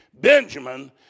Benjamin